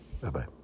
Bye-bye